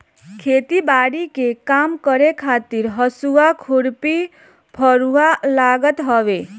खेती बारी के काम करे खातिर हसुआ, खुरपी, फरुहा लागत हवे